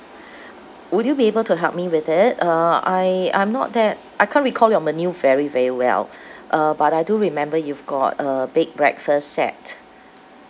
would you be able to help me with it uh I I'm not that I can't recall your menu very very well uh but I do remember you've got uh big breakfast set